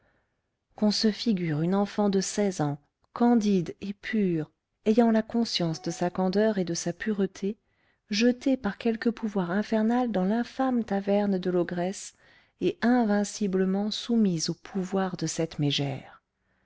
qu'on se figure une enfant de seize ans candide et pure ayant la conscience de sa candeur et de sa pureté jetée par quelque pouvoir infernal dans l'infâme taverne de l'ogresse et invinciblement soumise au pouvoir de cette mégère